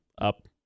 up